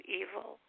evil